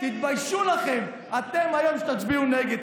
תתביישו לכם, אתם, היום כשתצביעו נגד.